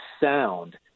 sound